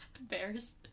Bears